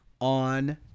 on